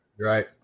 right